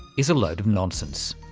is a load of nonsense.